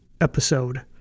episode